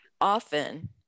Often